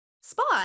spot